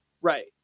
Right